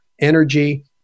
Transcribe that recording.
energy